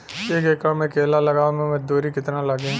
एक एकड़ में केला लगावे में मजदूरी कितना लागी?